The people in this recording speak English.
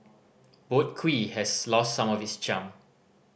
Boat Quay has lost some of this charm